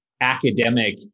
academic